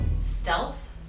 stealth